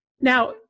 Now